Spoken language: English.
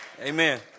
Amen